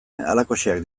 halakoxeak